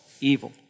evil